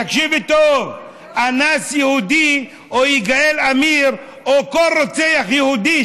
תקשיבי טוב: אנס יהודי או יגאל עמיר או כל רוצח יהודי,